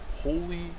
holy